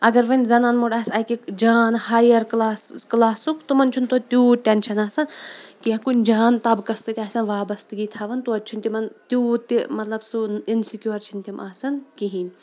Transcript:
اگر وَنہِ زنان موٚڈ آسہِ اَکیُٚک جان ہایَر کٕلاس کٕلاسُک تِمَن چھُنہٕ توتہِ تیوٗت ٹینشَن آسان کُنہِ جان طبقَس سۭتۍ آسیٛاہ وابَستگی تھاوان توتہِ چھِنہٕ تِمَن تیوٗت تہِ مطلب سُہ اِنسِکیوٗر چھِنہٕ تِم آسان کِہیٖنۍ